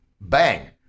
Bang